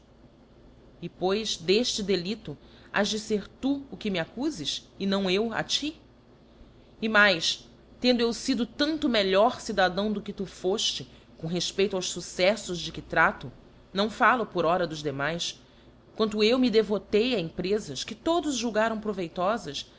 e pois d'efte delifto has de fer tu o que me accufes e não eu a ti e mais tendo eu fido tanto melhor cidadão do que tu fofte com refpeito aos fucceflbs de que trado não fallo por ora dos demais quanto eu me devotei a emprefas que todos julgaram proveitofas